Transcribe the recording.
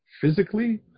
physically